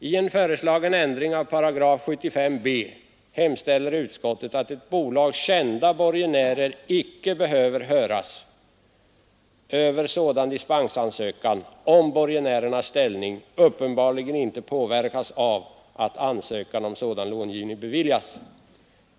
I en föreslagen ändring av 75 b § hemställer utskottet att ett bolags kända borgenärer icke behöver höras över sådan dispensansökan, om borgenärernas ställning uppenbarligen icke påverkas av att ansökan om sådan långivning beviljas.